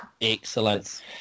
Excellent